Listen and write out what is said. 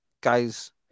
guys